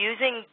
Using